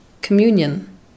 communion